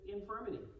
infirmity